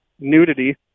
nudity